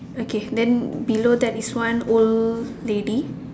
okay then below that is one old lady